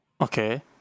Okay